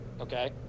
Okay